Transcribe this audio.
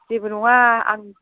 जेबो नङा आं